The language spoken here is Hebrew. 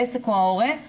העסק או ההורה,